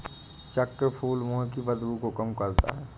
चक्रफूल मुंह की बदबू को कम करता है